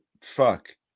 fuck